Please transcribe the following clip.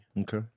Okay